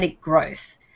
growth